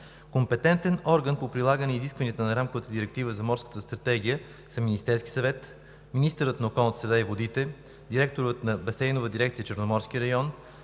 Компетентни органи по прилагане изискванията на Рамковата директива за Морската стратегия са Министерският съвет, министърът на околната среда и водите, директорът на Басейнова дирекция „Черноморски район“,